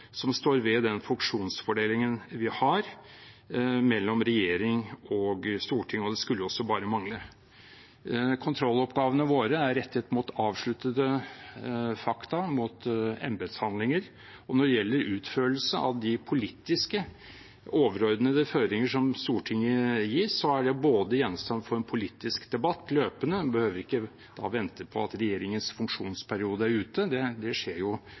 som står ved den funksjonsfordelingen vi har mellom regjering og storting. Det skulle også bare mangle. Kontrolloppgavene våre er rettet mot avsluttede fakta, mot embetshandlinger. Når det gjelder utførelse av de politiske overordnede føringer som Stortinget gir, er det bl.a. gjenstand for en politisk debatt – løpende, man behøver ikke å vente på at regjeringens funksjonsperiode er ute. Det skjer jo,